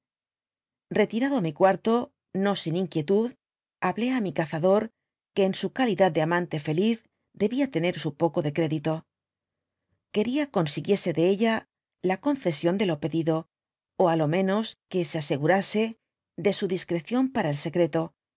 retirado á mi coarto no sin inmiietud hablé á mi cazador que en su calidad de amante feliz debia tener su poco de crédito quería consiguiese de ella h concesión de lo pedido t á lo máios que se asegurase de su discreción para el secreto